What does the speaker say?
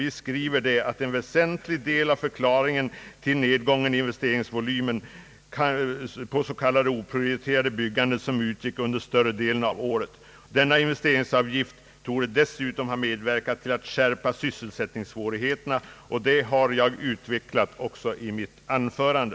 Vi skriver: »En väsentlig del av förklaringen till denna nedgång utgör den investerings avgift på s.k. oprioriterat byggande som utgick under en stor del av året. Denna investeringsavgift torde dessutom ha medverkat till att skärpa sysselsättningssvårigheterna.» Detta har jag utvecklat i mitt anförande.